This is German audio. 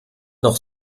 noch